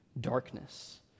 darkness